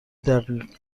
دقیق